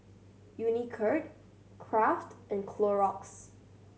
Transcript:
Unicurd Kraft and Clorox